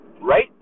right